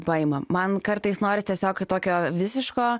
paima man kartais noris tiesiog tokio visiško